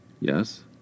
Yes